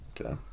Okay